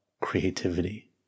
creativity